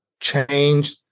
change